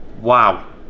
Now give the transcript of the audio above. Wow